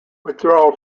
withdrawal